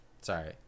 Sorry